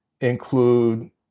include